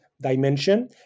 dimension